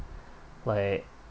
like